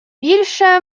більше